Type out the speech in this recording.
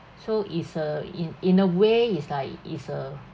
so is a in in a way is like is a